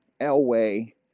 Elway